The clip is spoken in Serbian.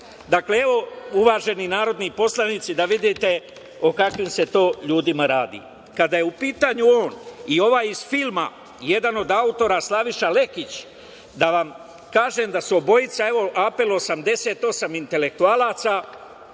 Dakle, evo uvaženi narodni poslanici da vidite o kakvim se to ljudima radi. Kada je u pitanju on i ovaj iz filma, jedan od autora, Slaviša Lekić, da vam kažem da su obojica, evo apel 88 intelektualaca